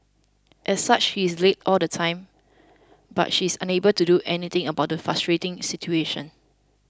as such he is late all the time but she is unable to do anything about the frustrating situation